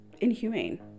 inhumane